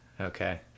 Okay